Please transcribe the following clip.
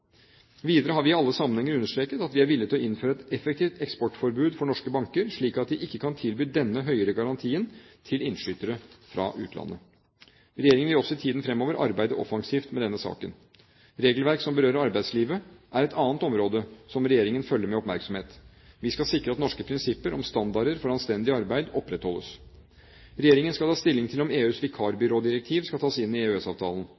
Videre har vi i alle sammenhenger understreket at vi er villig til å innføre et effektivt eksportforbud for norske banker, slik at de ikke kan tilby denne høyere garantien til innskytere fra utlandet. Regjeringen vil også i tiden fremover arbeide offensivt med denne saken. Regelverk som berører arbeidslivet, er et annet område som regjeringen følger med oppmerksomhet. Vi skal sikre at norske prinsipper og standarder for anstendig arbeid opprettholdes. Regjeringen skal ta stilling til om EUs vikarbyrådirektiv skal tas inn i